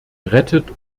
rettete